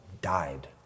died